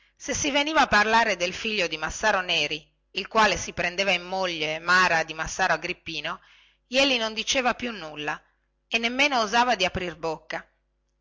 se si veniva a parlare del figlio di massaro neri il quale si prendeva in moglie mara di massaro agrippino jeli non diceva più nulla e nemmeno osava di aprir bocca